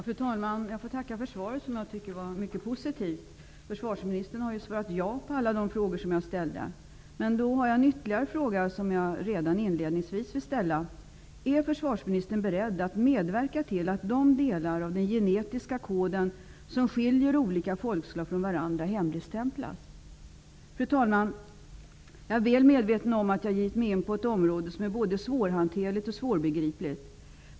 Fru talman! Jag får tacka för svaret, som jag tycker är mycket positivt. Försvarsministern har ju svarat ja på alla de frågor som jag ställt. Men jag har ytterligare en fråga som jag redan inledningsvis vill ställa: Är försvarsministern beredd att medverka till att de delar av den genetiska koden som skiljer olika folkslag från varandra hemligstämplas? Fru talman! Jag är väl medveten om att jag har gett mig in på ett område som är både svårhanterligt och svårbegripligt.